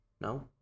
No